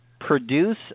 produce